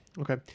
Okay